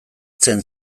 zen